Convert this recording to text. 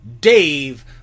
Dave